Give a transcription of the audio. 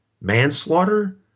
manslaughter